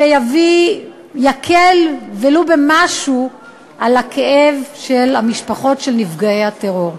שיביא יקל ולו במשהו את הכאב של משפחות נפגעי הטרור.